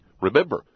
Remember